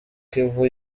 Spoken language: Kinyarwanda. kivu